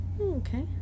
Okay